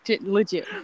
legit